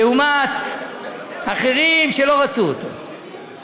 לעומת אחרים, שלא רצו אותו,